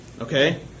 okay